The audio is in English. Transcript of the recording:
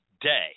day